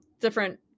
different